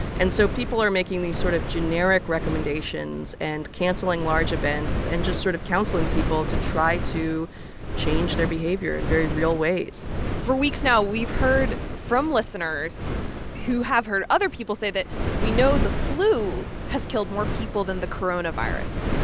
and so people are making these sort of generic recommendations and canceling large events and just sort of counseling people to try to change their behavior in very real ways for weeks now, we've heard from listeners who have heard other people say that we know the flu has killed more people than the coronavirus.